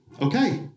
Okay